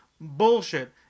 bullshit